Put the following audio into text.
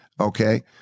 okay